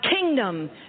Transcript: kingdom